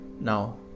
now